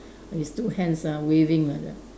his two hands are waving like that